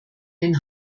den